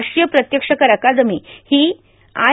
राष्ट्रीय प्रत्यक्ष कर अकादमी ही आय